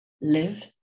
live